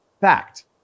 fact